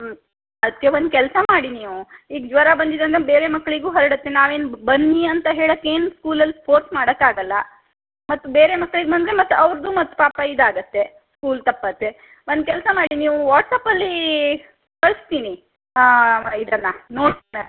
ಹ್ಞೂ ಅದಕ್ಕೆ ಒಂದು ಕೆಲಸ ಮಾಡಿ ನೀವು ಈಗ ಜ್ವರ ಬಂದಿದೆ ಅಂದರೆ ಬೇರೆ ಮಕ್ಳಿಗೂ ಹರಡತ್ತೆ ನಾವೇನು ಬನ್ನಿ ಅಂತ ಹೇಳಕ್ಕೆ ಏನು ಸ್ಕೂಲಲ್ಲಿ ಫೋರ್ಸ್ ಮಾಡೋಕ್ಕಾಗಲ್ಲ ಮತ್ತು ಬೇರೆ ಮಕ್ಳಿಗೆ ಬಂದರೆ ಮತ್ತು ಅವ್ರದ್ದು ಮತ್ತು ಪಾಪ ಇದಾಗುತ್ತೆ ಸ್ಕೂಲ್ ತಪ್ಪುತ್ತೆ ಒಂದು ಕೆಲಸ ಮಾಡಿ ನೀವು ವಾಟ್ಸಪ್ಪಲ್ಲಿ ಕಳಿಸ್ತೀನಿ ಇದನ್ನು ನೋಟ್ಸನ್ನು